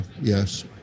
Yes